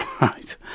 Right